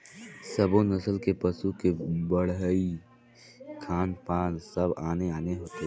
सब्बो नसल के पसू के बड़हई, खान पान सब आने आने होथे